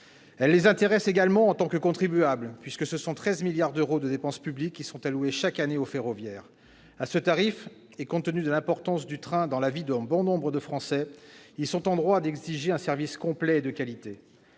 maillage territorial, et en tant que contribuables ensuite, puisque 13 milliards d'euros de dépenses publiques sont alloués chaque année au ferroviaire. À ce tarif, et compte tenu de l'importance du train dans la vie de bon nombre de Français, ils sont en droit d'exiger un service complet et de qualité.